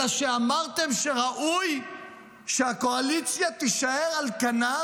אלא שאמרתם שראוי שהקואליציה תישאר על כנה